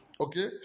okay